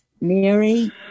Mary